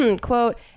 quote